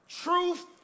Truth